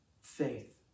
faith